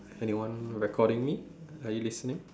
anyone recording me are you listening